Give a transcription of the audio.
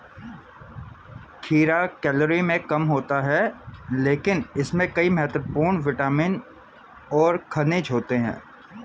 खीरा कैलोरी में कम होता है लेकिन इसमें कई महत्वपूर्ण विटामिन और खनिज होते हैं